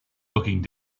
looking